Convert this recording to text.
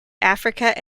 africa